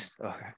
okay